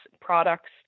products